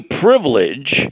privilege